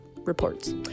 reports